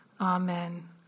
Amen